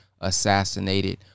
assassinated